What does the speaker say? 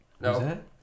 No